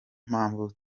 mpamvu